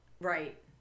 Right